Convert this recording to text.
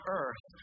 earth